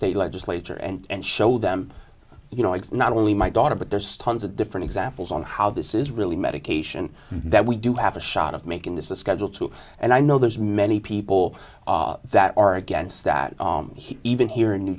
state legislature and show them you know it's not only my daughter but there's tons of different examples on how this is really medication that we do have a shot of making this a schedule two and i know there's many people that are against that even here in new